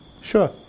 Sure